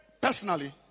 Personally